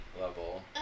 level